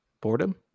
Boredom